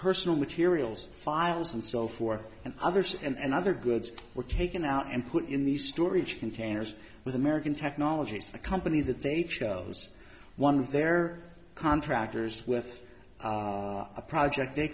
personal materials files and so forth and others and other goods were taken out and put in the storage containers with american technologies a company that they chose one of their contractors with a project they